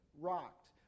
rocked